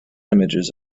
images